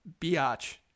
biatch